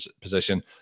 position